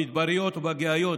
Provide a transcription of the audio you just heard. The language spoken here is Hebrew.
במדבריות ובגאיות,